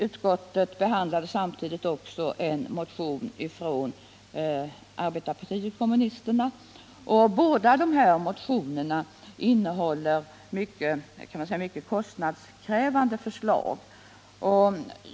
Utskottet behandlade samtidigt med den motionen också en motion från arbetarpartiet kommunisterna. Båda dessa motioner innehåller mycket kostnadskrävande förslag.